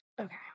Okay